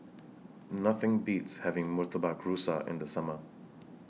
Nothing Beats having Murtabak Rusa in The Summer